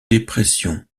dépression